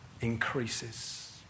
increases